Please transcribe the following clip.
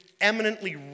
eminently